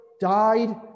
died